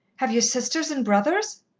have ye sisters and brothers?